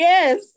Yes